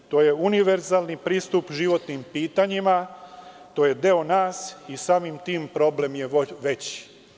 To je univerzalni pristup životnim pitanjima i to je deo nas i samim tim problem je veći.